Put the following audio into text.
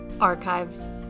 archives